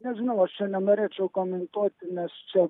nežinau aš čia nenorėčiau komentuoti nes čia